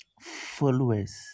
Followers